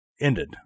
ended